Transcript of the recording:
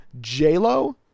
J-Lo